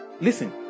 Listen